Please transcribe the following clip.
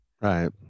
right